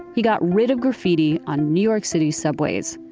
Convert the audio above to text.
he got rid of graffiti on new york city subways.